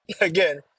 again